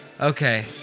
Okay